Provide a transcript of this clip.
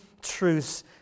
truths